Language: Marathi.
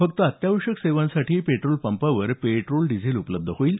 फक्त अत्यावश्यक सेवांसाठी पेट्रोल पंपावर पेट्रोल डिझेल उपलब्ध होईल